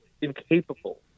incapable